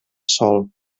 sòl